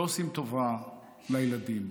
לא עושים טובה לילדים.